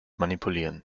manipulieren